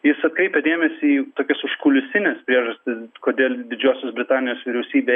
jis atkreipia dėmesį į tokias užkulisines priežastis kodėl didžiosios britanijos vyriausybė